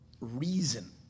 reason